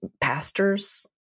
pastors